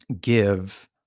give